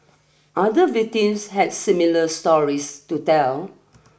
other victims had similar stories to tell